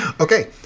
Okay